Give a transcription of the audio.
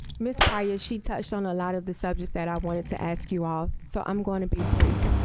miss pryor, she touched on a lot of the subjects that i wanted to ask you all so i'm going to be brief.